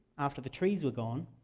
after the trees were gone,